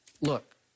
Look